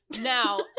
Now